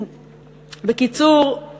בקיצור,